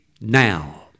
now